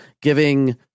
giving